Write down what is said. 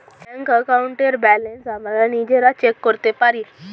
bank অ্যাকাউন্টের balance আমরা নিজেরা চেক করতে পারি